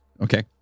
Okay